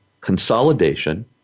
consolidation